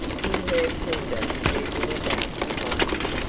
he heard hilda moving about behind him.